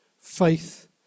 faith